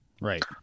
Right